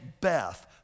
Beth